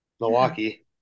Milwaukee